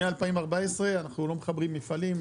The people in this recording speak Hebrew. מ-2014 אנחנו לא מחברים מפעלים,